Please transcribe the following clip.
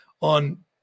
on